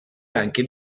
anche